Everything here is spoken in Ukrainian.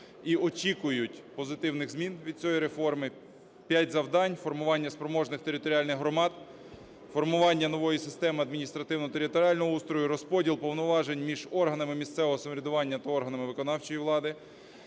і очікують позитивних змін від цієї реформи. П'ять завдань: формування спроможних територіальних громад, формування нової системи адміністративно-територіального устрою, розподіл повноважень між органами місцевого самоврядування та органами виконавчої влади,